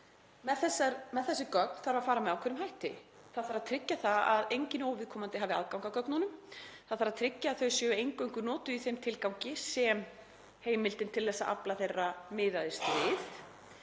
með þessi gögn með ákveðnum hætti. Það þarf að tryggja að enginn óviðkomandi hafi aðgang að gögnunum. Það þarf að tryggja að þau séu eingöngu notuð í þeim tilgangi sem heimildin til að afla þeirra miðaðist við.